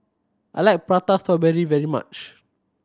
I like Prata Strawberry very much